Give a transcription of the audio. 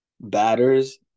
batters